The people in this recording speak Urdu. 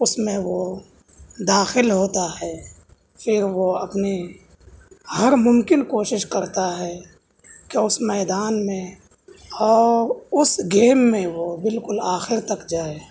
اس میں وہ داخل ہوتا ہے پھر وہ اپنی ہر ممکن کوشش کرتا ہے کہ اس میدان میں اور اس گیم میں وہ بالکل آخر تک جائے